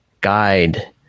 guide